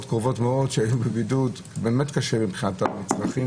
קרובות מאוד שהיו בבידוד וזה באמת קשה מבחינת המצרכים,